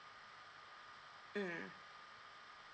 mm